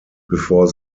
before